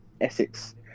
essex